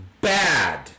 bad